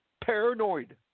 paranoid